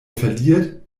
verliert